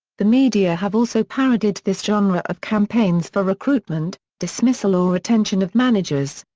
the media have also parodied this genre of campaigns for recruitment, dismissal or retention of managers.